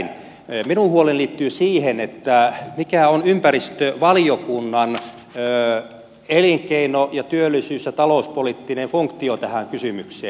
minun huoleni liittyy siihen mikä on ympäristövaliokunnan elinkeino ja työllisyys ja talouspoliittinen funktio tähän kysymykseen